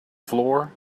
floor